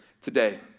today